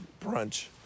brunch